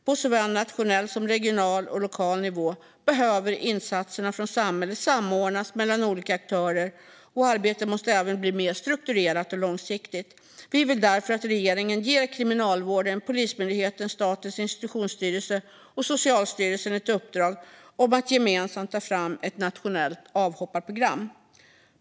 På såväl nationell som regional och lokal nivå behöver insatserna från samhället samordnas mellan olika aktörer, och arbetet måste även bli mer strukturerat och långsiktigt. Vi vill därför att regeringen ger Kriminalvården, Polismyndigheten, Statens institutionsstyrelse och Socialstyrelsen ett uppdrag om att gemensamt ta fram ett nationellt avhopparprogram.